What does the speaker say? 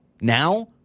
now